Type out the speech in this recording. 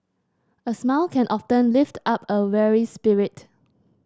a smile can often lift up a weary spirit